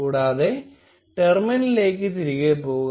കൂടാതെ ടെർമിനലിലേക്ക് തിരികെ പോവുക